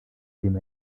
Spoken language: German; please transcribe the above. dem